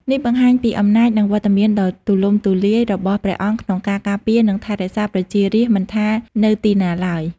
នេះបង្ហាញពីអំណាចនិងវត្តមានដ៏ទូលំទូលាយរបស់ព្រះអង្គក្នុងការការពារនិងថែរក្សាប្រជារាស្ត្រមិនថានៅទីណាឡើយ។